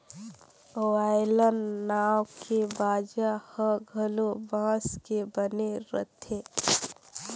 violin नांव के बाजा ह घलो बांस के बने रथे